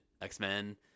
X-Men